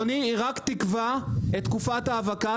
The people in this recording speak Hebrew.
אדוני, היא רק תקבע את תקופת ההאבקה.